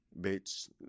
bitch